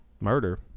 Murder